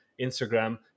Instagram